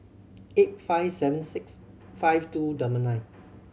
eight five seven six five two double nine